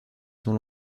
son